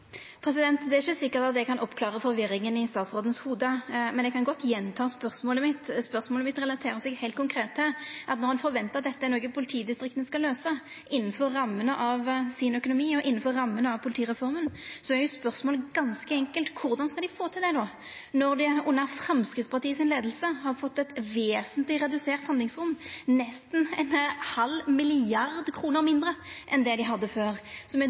Det er ikkje sikkert at eg kan oppklara forvirringa i statsråden sitt hovud, men eg kan godt gjenta spørsmålet mitt. Når ein forventar at dette er noko politidistrikta skal løysa innanfor rammene av sin økonomi og innanfor rammene av politireforma, er spørsmålet ganske enkelt: Korleis skal ein få til det, når dei under Framstegspartiet si leiing har fått eit vesentleg redusert handlingsrom, nesten ein halv milliard kroner mindre enn det dei hadde før? Det er dokumentert av ein konsulentrapport som